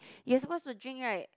you're suppose to drink right